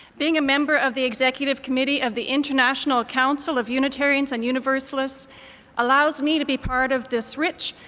being a member of the executive committee of the international council of unitarians and universalists allows me to be part of this rich,